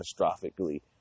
catastrophically